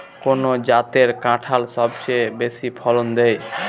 কোন জাতের কাঁঠাল সবচেয়ে বেশি ফলন দেয়?